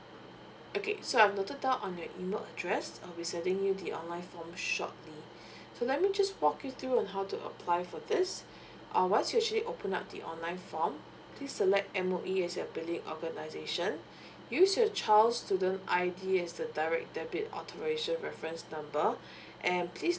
okay so I've noted down on your email address I'll be sending you the online form shortly so let me just walk you through on how to apply for this uh once you actually open up the online form please select M_O_E as your billing organisation use your child student I_D as the direct debit authorisation reference number and please